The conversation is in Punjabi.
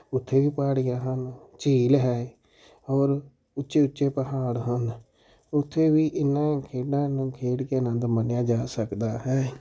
ਉੱਥੇ ਵੀ ਪਹਾੜੀਆਂ ਹਨ ਝੀਲ ਹੈ ਔਰ ਉੱਚੇ ਉੱਚੇ ਪਹਾੜ ਹਨ ਉੱਥੇ ਵੀ ਇਨ੍ਹਾਂ ਖੇਡਾਂ ਨੂੰ ਖੇਡ ਕੇ ਆਨੰਦ ਮਾਣਿਆ ਜਾ ਸਕਦਾ ਹੈ